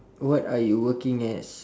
what are you working as